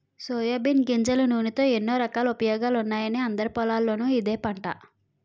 soybean గింజల నూనెతో ఎన్నో రకాల ఉపయోగాలున్నాయని అందరి పొలాల్లోనూ ఇదే పంట